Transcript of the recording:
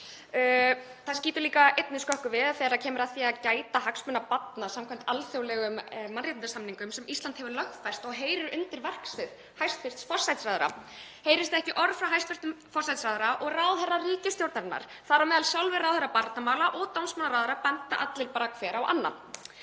Það skýtur líka skökku við að þegar kemur að því að gæta hagsmuna barna samkvæmt alþjóðlegum mannréttindasamningum sem Ísland hefur lögfest og heyra undir verksvið hæstv. forsætisráðherra þá heyrist ekki orð frá hæstv. forsætisráðherra og ráðherrar ríkisstjórnarinnar, þar á meðal sjálfir ráðherrar barnamála og dómsmálaráðherra, benda allir bara hver á annan.